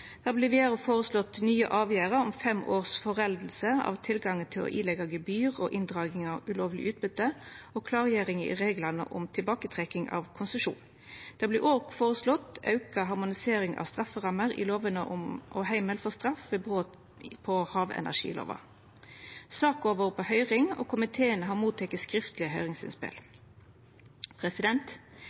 Det vert vidare føreslått nye avgjerder om fem års forelding av tilgangen til å ileggja gebyr og inndraging av ulovleg utbytte og klargjering i reglane om tilbaketrekking av konsesjon. Det vert òg føreslått auka og harmoniserte strafferammer i lovene og heimel for straff ved brot på havenergilova. Saka har vore på høyring, og komiteen har fått skriftlege høyringsinnspel.